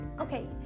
okay